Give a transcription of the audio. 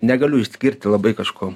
negaliu išskirti labai kažko